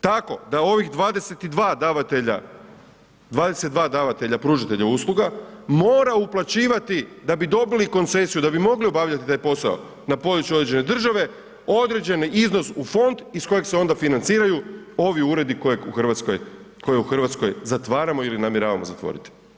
Tako da ovih 22 davatelja, 22 davatelja pružatelja usluga mora uplaćivati da bi dobili koncesiju da bi mogli obavljati taj posao na području određene države određeni iznos u fond iz kojeg se onda financiraju ovi uredi koje u Hrvatskoj, koje u Hrvatskoj zatvaramo ili namjeravamo zatvoriti.